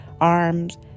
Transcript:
arms